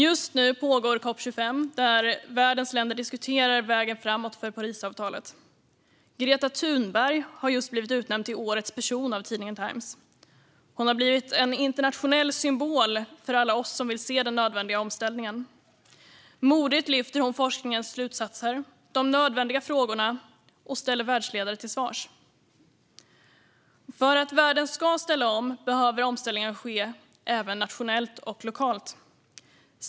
Just nu pågår COP 25, där världens länder diskuterar vägen framåt för Parisavtalet. Greta Thunberg har precis blivit utnämnd till årets person av tidningen Times. Hon har blivit en internationell symbol för alla oss som vill se den nödvändiga omställningen. Modigt lyfter hon upp forskningens slutsatser och de nödvändiga frågorna och ställer världsledare till svars. För att världen ska ställa om behöver omställningen ske även nationellt och lokalt.